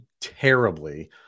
terribly